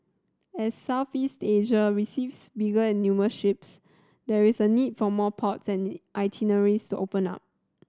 as Southeast Asia receives bigger and newer ships there is a need for more ports and itineraries open up